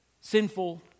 sinful